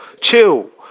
chill